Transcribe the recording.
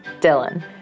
Dylan